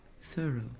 thorough